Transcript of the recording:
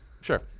sure